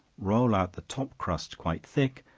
roll out the top crust quite thick,